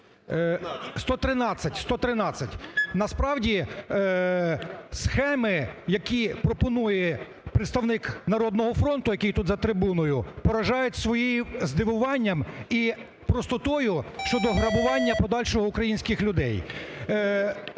113. Насправді, схеми, які пропонує представник "Народного фронту", який тут за трибуною, поражають своєю... здивуванням і простотою щодо грабування подальшого українських людей.